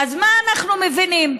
מה אנחנו מבינים?